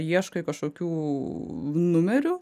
ieškai kažkokių numerių